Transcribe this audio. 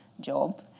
job